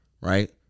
Right